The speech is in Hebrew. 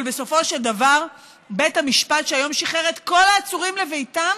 אבל בסופו של דבר בית המשפט כשהיום שחרר את כל העצורים לביתם,